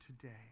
today